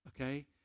okay